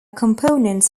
components